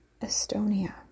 estonia